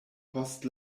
post